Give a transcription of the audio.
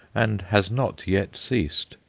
and has not yet ceased.